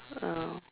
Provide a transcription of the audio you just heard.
I know